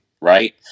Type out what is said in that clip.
Right